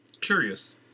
Curious